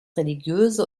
religiöse